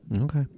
Okay